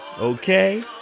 Okay